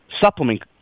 supplement